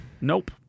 Nope